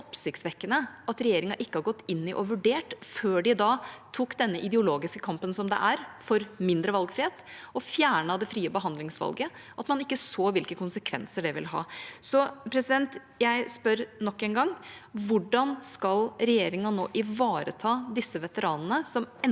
at regjeringa ikke har gått inn i og vurdert før de tok den ideologiske kampen for mindre valgfrihet og fjernet det frie behandlingsvalget – at man ikke så hvilke konsekvenser det ville ha. Jeg spør nok en gang: Hvordan skal regjeringa nå ivareta disse veteranene – som enten